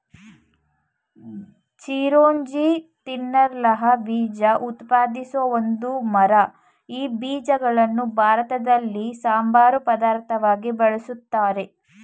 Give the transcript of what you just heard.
ಚಿರೋಂಜಿ ತಿನ್ನಲರ್ಹ ಬೀಜ ಉತ್ಪಾದಿಸೋ ಒಂದು ಮರ ಈ ಬೀಜಗಳನ್ನು ಭಾರತದಲ್ಲಿ ಸಂಬಾರ ಪದಾರ್ಥವಾಗಿ ಬಳುಸ್ತಾರೆ